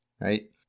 right